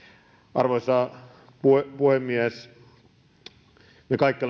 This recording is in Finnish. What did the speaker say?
arvoisa puhemies me kaikki